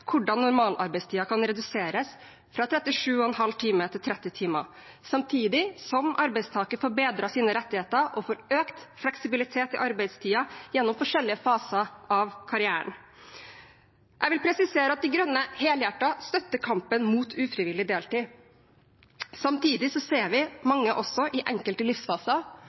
hvordan normalarbeidstiden kan reduseres fra 37,5 timer til 30 timer, samtidig som arbeidstakerne får bedret sine rettigheter og får økt fleksibilitet i arbeidstiden gjennom forskjellige faser av karrieren. Jeg vil presisere at De Grønne helhjertet støtter kampen mot ufrivillig deltid. Samtidig ser vi også mange som i enkelte livsfaser